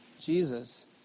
Jesus